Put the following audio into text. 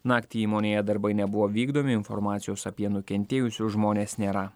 naktį įmonėje darbai nebuvo vykdomi informacijos apie nukentėjusius žmones nėra